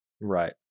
right